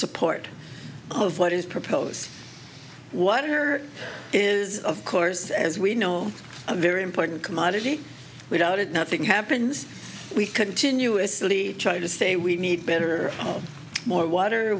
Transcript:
support of what is proposed what here is of course as we know a very important commodity without it nothing happens we continuously try to say we need better more water